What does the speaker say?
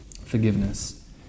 Forgiveness